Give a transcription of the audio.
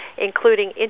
including